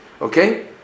Okay